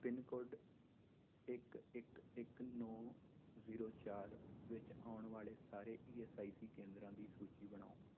pin code ਇੱਕ ਇੱਕ ਇੱਕ ਨੌਂ ਜ਼ੀਰੋ ਚਾਰ ਵਿੱਚ ਆਉਣ ਵਾਲੇ ਸਾਰੇ ਈ ਐਸ ਆਈ ਸੀ ਕੇਂਦਰਾਂ ਦੀ ਸੂਚੀ ਬਣਾਓ